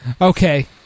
Okay